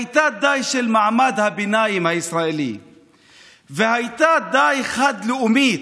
הייתה די של מעמד הביניים הישראלי והייתה די חד-לאומית,